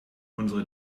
unsere